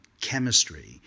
chemistry